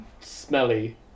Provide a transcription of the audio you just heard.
smelly